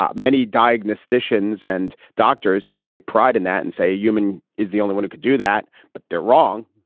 ah many diagnosticians and doctors take great pride in that and say a human is the only one who could do that. but they're wrong